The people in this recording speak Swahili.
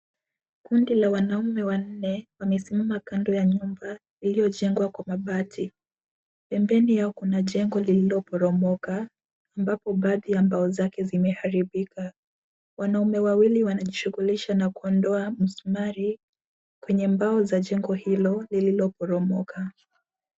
Kundi la wanaume wanne wamesimama kando nyuma iliyojegwa kwa mabati .Pembeni yao kuna jengo lililoporomoka ambapo baadhi zake zimeharimbika .Wanaume wawili wanajishugulisha na kuondoa misumari kwenye mbao za jengo hilo lililoporomoka.